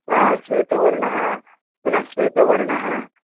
हा श्वेतवर्णः पुनः श्वेतवर्णः